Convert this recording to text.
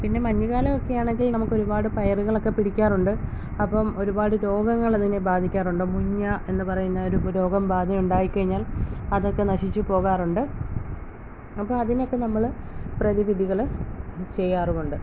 പിന്നെ മഞ്ഞുകാലം ഒക്കെയാണെങ്കിൽ നമുക്ക് ഒരുപാട് പയറുകളൊക്കെ പിടിക്കാറുണ്ട് അപ്പം ഒരുപാട് രോഗങ്ങൾ അതിനെ ബാധിക്കാറുണ്ട് മുഞ്ഞ എന്ന് പറയുന്ന ഒരു രോഗം ബാധയുണ്ടായിക്കഴിഞ്ഞാൽ അതൊക്കെ നശിച്ചു പോകാറുണ്ട് അപ്പോൾ അതിനൊക്കെ നമ്മൾ പ്രതിവിധികൾ ചെയ്യാറുമുണ്ട്